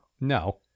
No